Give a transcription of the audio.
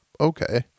Okay